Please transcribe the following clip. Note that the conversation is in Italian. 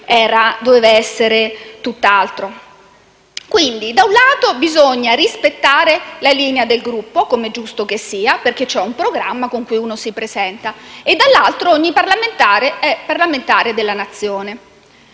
tempi doveva essere tutt'altro. Quindi, da un lato, bisogna rispettare la linea del Gruppo, come è giusto che sia, perché vi è un programma con cui uno si presenta; dall'altro, ogni parlamentare è parlamentare della Nazione.